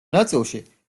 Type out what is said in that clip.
ნაწილში